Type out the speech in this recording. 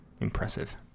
impressive